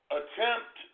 attempt